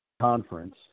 conference